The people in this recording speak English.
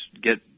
get